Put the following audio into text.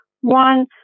one